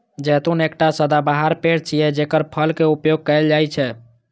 जैतून एकटा सदाबहार पेड़ छियै, जेकर फल के उपयोग कैल जाइ छै